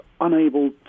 unable